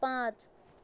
پانٛژھ